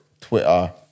Twitter